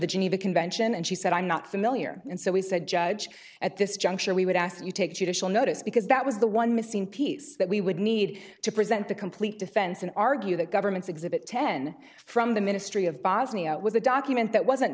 the geneva convention and she said i'm not familiar and so we said judge at this juncture we would ask that you take judicial notice because that was the one missing piece that we would need to present the complete defense and argue the government's exhibit ten from the ministry of bosnia was a document that wasn't